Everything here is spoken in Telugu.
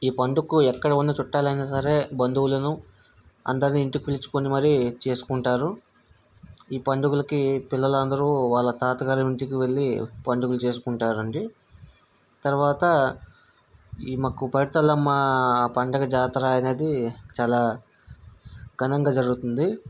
ఈ పండుగకు ఎక్కడ ఉన్నా చుట్టాలు అయిన సరే బంధువులను అందరిని ఇంటికి పిలుచుకుని మరి చేసుకుంటారు ఈ పండుగలకి పిల్లలు అందరు వాళ్ళ తాతగారి ఇంటికి వెళ్ళి పండుగ చేసుకుంటారు అండి తర్వాత ఈ మాకు పైడితల్లమ్మ పండుగ జాతర అనేది చాలా ఘనంగా జరుగుతుంది